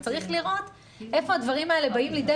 וצריך לראות איפה הדברים האלה באים לידי